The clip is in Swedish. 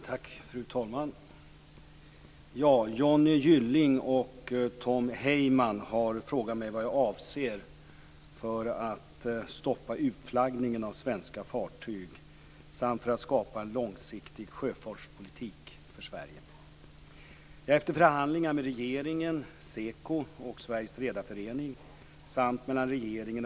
Fru talman! Johnny Gylling och Tom Heyman har frågat mig vad jag avser göra för att stoppa utflaggningen av svenska fartyg samt för att skapa en långsiktig sjöfartspolitik för Sverige.